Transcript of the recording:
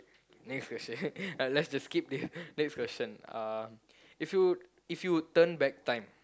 next question let's just skip this next question uh if you if you could turn back time